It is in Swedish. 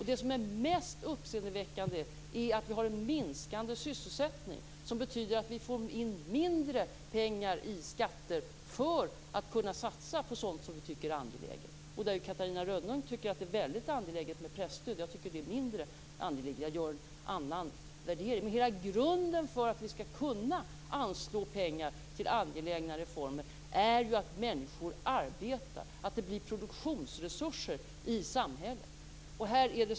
Det mest uppseendeväckande är att vi har en minskande sysselsättning, vilket betyder att vi får in mindre pengar i skatt att satsa på sådant vi finner angeläget. Catarina Rönnung tycker att det är väldigt angeläget med presstöd. Jag tycker att det är mindre angeläget och gör en annan värdering. Hela grunden för att vi skall kunna anslå pengar till angelägna reformer är ju att människor arbetar så att det blir produktionsresurser i samhället.